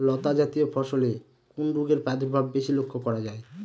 লতাজাতীয় ফসলে কোন রোগের প্রাদুর্ভাব বেশি লক্ষ্য করা যায়?